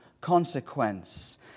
consequence